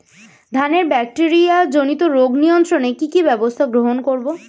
ধানের ব্যাকটেরিয়া জনিত রোগ নিয়ন্ত্রণে কি কি ব্যবস্থা গ্রহণ করব?